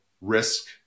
risk